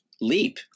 leap